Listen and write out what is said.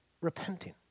repenting